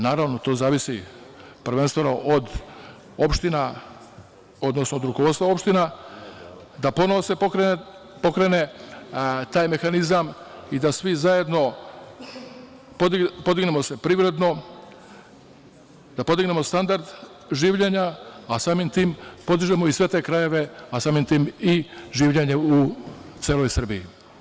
Naravno, to zavisi prvenstveno od rukovodstva opština da se ponovo pokrene taj mehanizam i da svi zajedno podignemo se privredno, da podignemo standard življenja, a samim tim podižemo i sve te krajeve, a samim tim i življenje u celoj Srbiji.